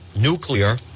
nuclear